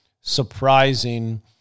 surprising